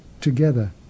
together